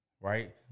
Right